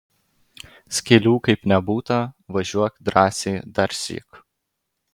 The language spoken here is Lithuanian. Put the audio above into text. skylių kaip nebūta važiuok drąsiai darsyk